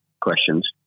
questions